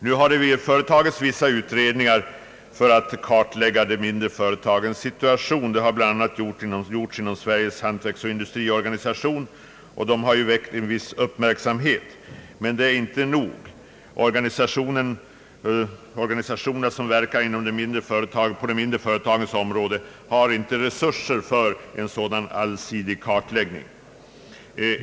Nu har det ju företagits vissa utredningar om företagens situation även här i landet, bl.a. har sådana utförts inom Sveriges hantverksoch = industriorganisation. Men det är inte nog. De organisationer som verkar på de mindre företagens område har inte resurser för en sådan allsidig kartläggning.